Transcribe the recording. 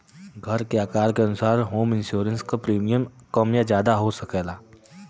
घर के आकार के अनुसार होम इंश्योरेंस क प्रीमियम कम या जादा हो सकला